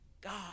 God